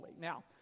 Now